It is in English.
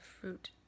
Fruit